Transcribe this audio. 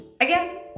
again